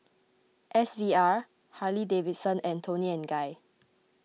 S V R Harley Davidson and Toni and Guy